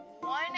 one